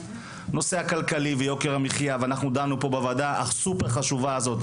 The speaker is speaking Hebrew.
נושא הכלכלי ויוקר המחייה ואנחנו דנו פה בוועדה הסופר חשובה הזאת,